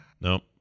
Nope